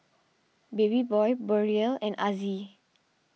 Babyboy Beryl and Azzie